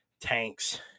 tanks